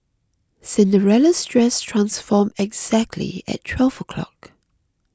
Cinderella's dress transformed exactly at twelve o' clock